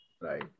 right